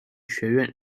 学院